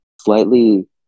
Slightly